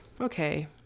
okay